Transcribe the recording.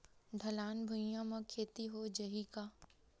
ढलान भुइयां म खेती हो जाही का?